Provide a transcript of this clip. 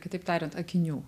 kitaip tariant akinių